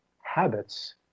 habits